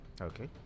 Okay